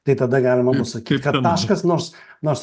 tai tada galima bus sakyti kad taškas nors nors